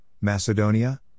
Macedonia